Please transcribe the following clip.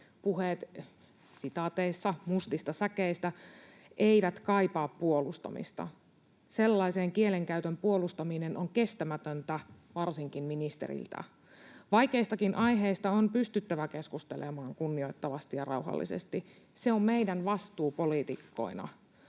Puheet ”mustista säkeistä” eivät kaipaa puolustamista. Sellaisen kielenkäytön puolustaminen on kestämätöntä, varsinkin ministeriltä. Vaikeistakin aiheista on pystyttävä keskustelemaan kunnioittavasti ja rauhallisesti. Se on meidän vastuumme poliitikkoina.